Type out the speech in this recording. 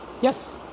Yes